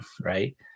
right